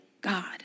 God